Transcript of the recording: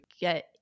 get